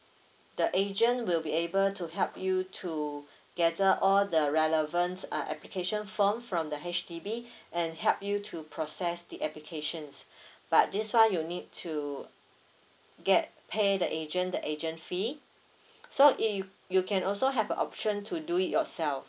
the agent will be able to help you to gather all the relevance uh application form from the H_D_B and help you to process the applications but this one you need to get pay the agent the agent fee so if you can also have a option to do it yourself